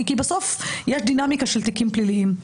בסוף יש דינמיקה של תיקים פליליים.